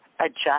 adjust